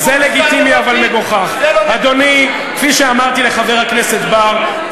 אדוני היושב-ראש,